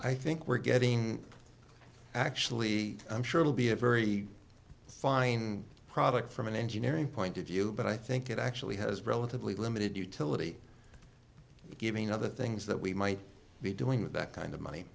i think we're getting actually i'm sure will be a very fine product from an engineering point of view but i think it actually has relatively limited utility given other things that we might be doing with that kind of money